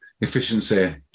Efficiency